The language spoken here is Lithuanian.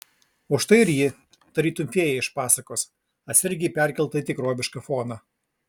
o štai ir ji tarytum fėja iš pasakos atsargiai perkelta į tikrovišką foną